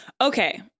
Okay